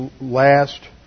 last